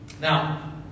Now